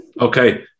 okay